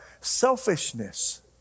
selfishness